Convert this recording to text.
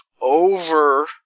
over